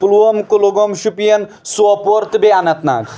پُلووم کُلگوم شُپیَن سوپور تہٕ بیٚیہِ اننت ناگ